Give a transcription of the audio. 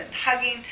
hugging